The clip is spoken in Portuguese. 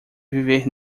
viver